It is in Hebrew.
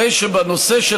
הרי שבנושא של